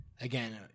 again